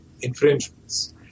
infringements